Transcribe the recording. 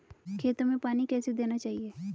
खेतों में पानी कैसे देना चाहिए?